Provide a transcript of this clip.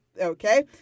okay